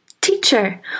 Teacher